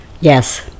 Yes